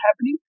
happening